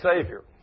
Savior